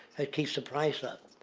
that keeps the price up.